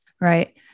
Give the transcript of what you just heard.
right